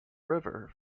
river